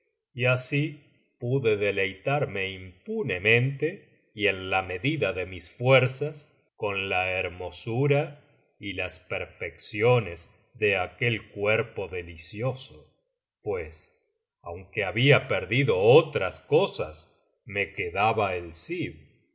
y así pude deleitarme impunemente y en la medida ele mis fuerzas con la hermosura y las perfecciones de aquel cuerpo delicioso pues aunque había perdido otras cosas me quedaba el